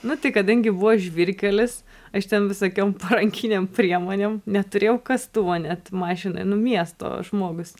nu tai kadangi buvo žvyrkelis aš ten visokiom parankinėm priemonėm neturėjau kastuvo net mašinoj nu miesto žmogus